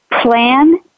Plan